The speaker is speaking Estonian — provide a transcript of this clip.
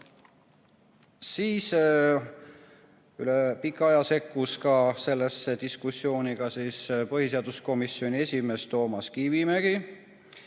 Siis üle pika aja sekkus sellesse diskussiooni ka põhiseaduskomisjoni esimees Toomas Kivimägi,